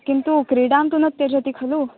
किन्तु क्रीडां तु न त्यजति खलु